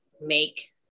make